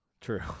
true